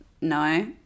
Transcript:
No